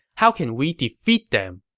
how can we defeat them?